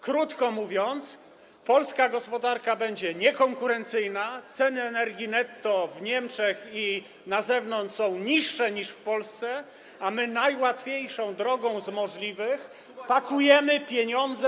Krótko mówiąc, polska gospodarka będzie niekonkurencyjna, ceny energii netto w Niemczech i na zewnątrz są niższe niż w Polsce, a my drogą najłatwiejszą z możliwych pakujemy pieniądze.